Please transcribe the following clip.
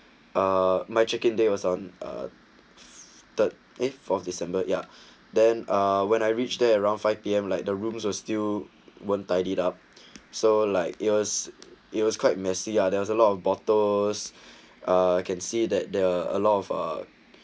uh my check in there was on a third eighth of december ya then uh when I reach there around five p m like the rooms are still won't tied it up so like it was it was quite messy ah there was a lot of bottles ah I can see that there are a lot of uh